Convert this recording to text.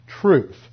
truth